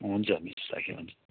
हुन्छ मिस राखेँ हुन्छ